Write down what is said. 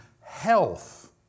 health